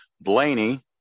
blaney